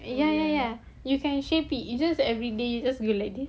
ya ya ya you can shape it it's just everyday you just you like this